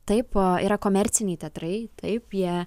taip yra komerciniai teatrai taip jie